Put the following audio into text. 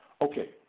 Okay